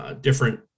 Different